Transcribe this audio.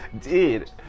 Dude